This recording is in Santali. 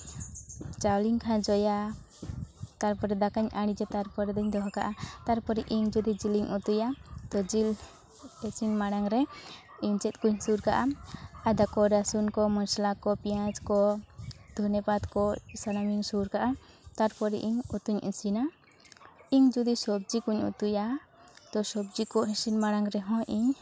ᱪᱟᱣᱞᱮᱧ ᱠᱷᱟᱸᱡᱚᱭᱟ ᱛᱟᱯᱚᱨᱮ ᱫᱟᱠᱟᱧ ᱟᱬᱤᱡᱟ ᱛᱟᱨᱯᱚᱨᱮ ᱫᱩᱧ ᱫᱚᱦᱚ ᱠᱟᱜᱼᱟ ᱛᱟᱨᱯᱚᱨᱮ ᱤᱧ ᱡᱩᱫᱤ ᱡᱤᱞᱤᱧ ᱩᱛᱩᱭᱟ ᱛᱚ ᱡᱤᱞ ᱤᱥᱤᱱ ᱢᱟᱬᱟᱝ ᱨᱮ ᱤᱧ ᱪᱮᱫᱠᱩᱧ ᱥᱩᱨ ᱠᱟᱜᱼᱟ ᱟᱫᱟ ᱠᱚ ᱨᱟᱹᱥᱩᱱ ᱠᱚ ᱢᱚᱥᱞᱟ ᱠᱚ ᱯᱮᱸᱭᱟᱡᱽ ᱠᱚ ᱫᱚᱷᱚᱱᱮ ᱯᱟᱛ ᱠᱚ ᱥᱟᱱᱟᱢᱤᱧ ᱥᱩᱨ ᱠᱟᱜᱼᱟ ᱛᱟᱨᱯᱚᱨᱮ ᱤᱧ ᱩᱛᱩᱧ ᱤᱥᱤᱱᱟ ᱤᱧ ᱡᱩᱫᱤ ᱥᱚᱵᱽᱡᱤᱠᱩᱧ ᱩᱛᱩᱭᱟ ᱛᱚ ᱥᱚᱵᱽᱡᱤ ᱠᱚ ᱤᱥᱤᱱ ᱢᱟᱲᱟᱝ ᱨᱮᱦᱚᱸ ᱤᱧ